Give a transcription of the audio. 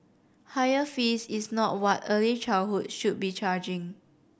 higher fees is not what early childhood should be charging